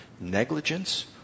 negligence